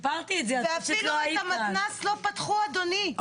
ואפילו את המתנ"ס לא פתחו אדוני.